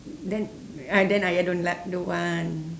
then ah then ayah don't like don't want